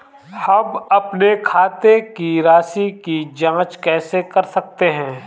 हम अपने खाते की राशि की जाँच कैसे कर सकते हैं?